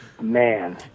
man